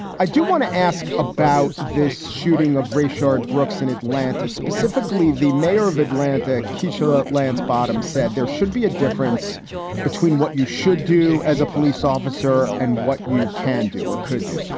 i do want to ask about this shooting of rashad brooks in atlanta, specifically the mayor of atlanta. kichwa lance bottoms said there should be a difference between what you should do as a police officer and what you can do or could do.